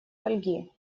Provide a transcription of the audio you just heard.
фольги